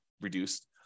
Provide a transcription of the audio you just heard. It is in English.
reduced